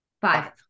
Five